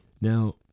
Now